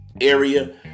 area